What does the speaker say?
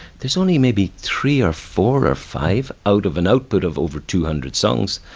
there's only maybe three or four or five out of an output of over two hundred songs.